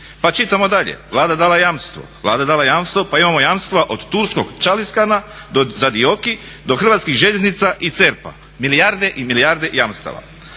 Pa čitamo dalje Vlada dala jamstvo, pa imamo jamstva od turskog čaliskana za DIOKI do Hrvatskih željeznica i CERP-a, milijarde i milijarde jamstava.